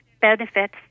benefits